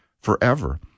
forever